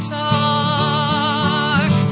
talk